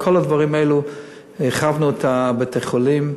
הרחבנו את בתי-החולים,